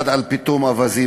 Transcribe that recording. אחד על פיטום אווזים,